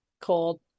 called